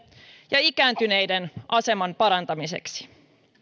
ja ikääntyneiden aseman parantamiseksi